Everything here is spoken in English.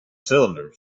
cylinder